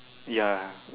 ya